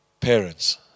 Parents